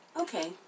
Okay